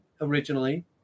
originally